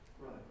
Right